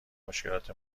مشکلات